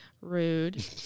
rude